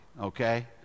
okay